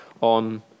on